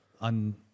on